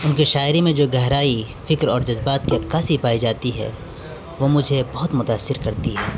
ان کے شاعری میں جو گہرائی فکر اور جذبات کی عکاسی پائی جاتی ہے وہ مجھے بہت متاثر کرتی ہے